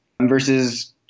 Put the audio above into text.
versus